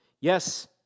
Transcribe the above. Yes